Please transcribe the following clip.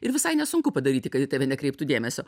ir visai nesunku padaryti kad į tave nekreiptų dėmesio